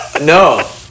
No